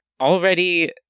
already